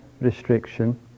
restriction